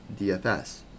DFS